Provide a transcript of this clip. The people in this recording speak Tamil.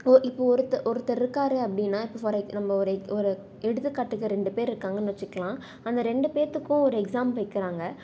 இப்போ ஒருத்த ஒருத்தர் இருக்கார் அப்படின்னா இப்போ ஃபார் நம்ம ஒரு ஒரு எடுத்துக்காட்டுக்கு ஒரு ரெண்டு பேர் இருக்காங்கன்னு வச்சிக்கலாம் அந்த ரெண்டு பேத்துக்கும் ஒரு எக்ஸாம் வைக்கிறாங்க